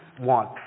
want